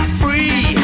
free